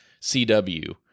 CW